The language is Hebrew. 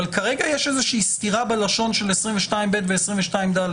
אבל כרגע יש איזושהי סתירה בלשון של 220ב ו-220ד,